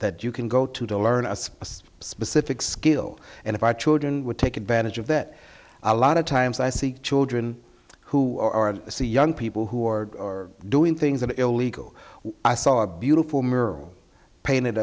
that you can go to to learn a specific skill and if i children would take advantage of that a lot of times i see children who are so young people who are doing things that are illegal i saw a beautiful mural painted